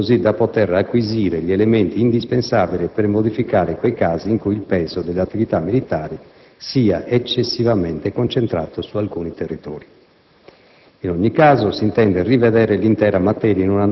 nonché delle servitù ad esse eventualmente associate così da poter acquisire gli elementi indispensabili per modificare quei casi in cui il peso delle attività militari sia eccessivamente concentrato su alcuni territori.